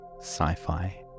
sci-fi